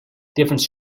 different